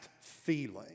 feeling